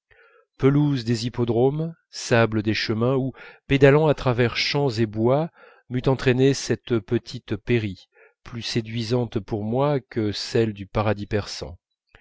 pelouses des hippodromes sable des chemins où pédalant à travers champs et bois m'eût entraîné cette petite péri plus séduisante pour moi que celle du paradis persan